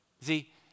See